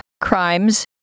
crimes